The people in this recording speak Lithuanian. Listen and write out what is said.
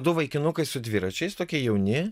du vaikinukai su dviračiais tokie jauni